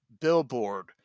billboard